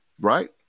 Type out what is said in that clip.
right